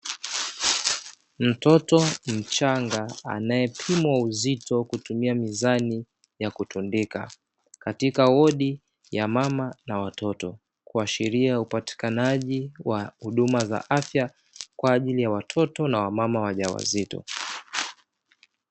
Mtoto mchanga anaepimwa uzito kutumia mizani ya kutundikwa katika hodi ya mama na watoto, kuashirira upatikanaji wa huduma za afya kwa ajili ya watoto na wamama wajawazito.